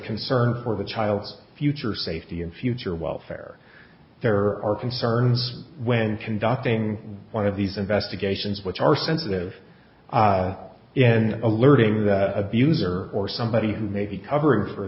concern for the child's future safety and future welfare there are concerns when conducting one of these investigations which are sensitive in alerting the abuser or somebody who may be covering for